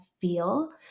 feel